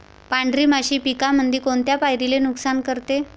पांढरी माशी पिकामंदी कोनत्या पायरीले नुकसान करते?